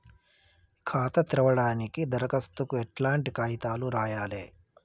ఖాతా తెరవడానికి దరఖాస్తుకు ఎట్లాంటి కాయితాలు రాయాలే?